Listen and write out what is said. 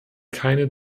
keine